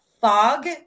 fog